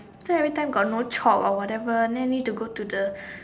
then everytime got no chalk or whatever then need to go to the